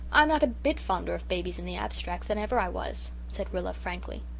i'm not a bit fonder of babies in the abstract than ever i was, said rilla, frankly.